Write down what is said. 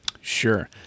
Sure